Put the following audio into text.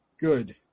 Good